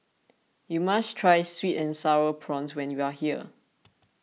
you must try Sweet and Sour Prawns when you are here